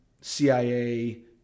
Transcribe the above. CIA